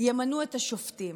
ימנו את השופטים?